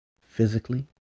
physically